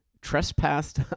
trespassed